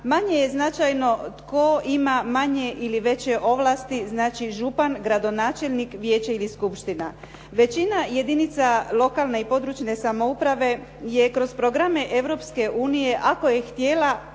manje je značajno tko ima manje ili veće ovlasti, znači župan, gradonačelnik, vijeće ili skupština. Većina jedinica lokalne i područne samouprave je kroz programe Europske unije ako je htjela,